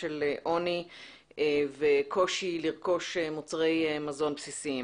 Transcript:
של עוני וקושי לרכוש מוצרי מזון בסיסיים.